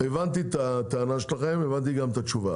הבנתי את הטענה שלכם, הבנתי גם את התשובה.